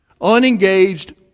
Unengaged